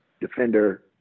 defender